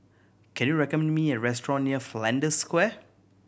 can you recommend me a restaurant near Flanders Square